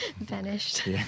Vanished